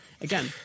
again